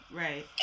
right